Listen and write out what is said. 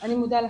אני מודה לכם.